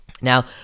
now